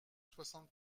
soixante